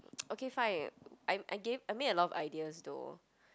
okay fine I I gave I made a lot of ideas though